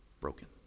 broken